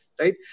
right